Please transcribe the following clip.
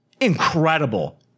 incredible